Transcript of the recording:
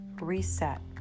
reset